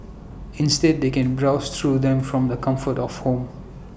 instead they can browse through them from the comfort of home